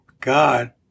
God